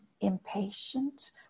impatient